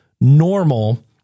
normal